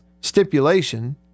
stipulation